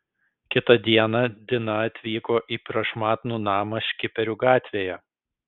kitą dieną dina atvyko į prašmatnų namą škiperių gatvėje